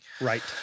Right